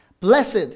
Blessed